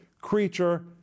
Creature